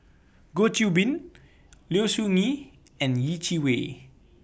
Goh Qiu Bin Low Siew Nghee and Yeh Chi Wei